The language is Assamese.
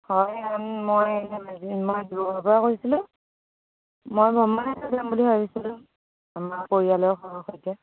হয় মই মই ডিব্ৰুগড়ৰ পৰা কৈছিলোঁ মই ভ্ৰমণ এটাত যাম বুলি ভাবিছিলোঁ আমাৰ পৰিয়ালৰ ঘৰৰ সৈতে